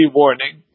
warning